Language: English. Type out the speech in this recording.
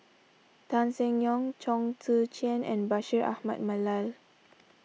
Tan Seng Yong Chong Tze Chien and Bashir Ahmad Mallal